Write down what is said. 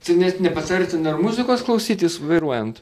tai net nepatartina ir muzikos klausytis vairuojant